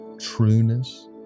trueness